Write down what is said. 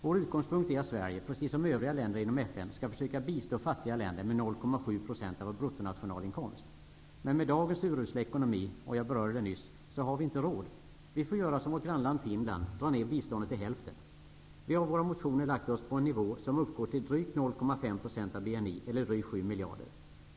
Vår utgångspunkt är att Sverige -- precis som övriga länder inom FN -- skall försöka bistå fattiga länder med 0,7 % av vår bruttonationalinkomst. Men med dagens urusla ekonomi -- jag berörde det nyss -- har vi inte råd. Vi får göra som vårt grannland Finland -- dra ned biståndet till hälften. Vi har i våra motioner lagt oss på en nivå som uppgår till drygt 0,5 % av BNI eller drygt 7 miljarder kronor.